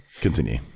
continue